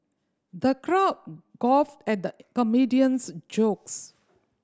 the crowd guffawed at the comedian's jokes